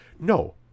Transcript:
No